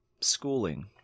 Schooling